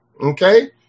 okay